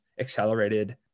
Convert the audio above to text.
accelerated